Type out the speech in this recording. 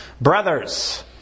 Brothers